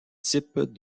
types